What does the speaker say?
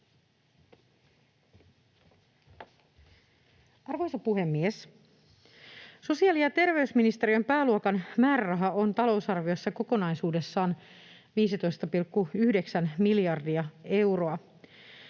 Arvoisa puhemies! Sosiaali‑ ja terveysministeriön pääluokan määräraha on talousarviossa kokonaisuudessaan 15,9 miljardia euroa.